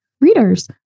readers